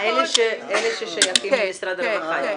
אלה ששייכים למשרד הרווחה?